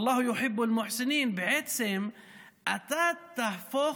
(אומר בערבית: "כי אללה אוהב את המיטיבים".) בעצם אתה תהפוך,